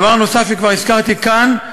דבר נוסף שכבר הזכרתי כאן,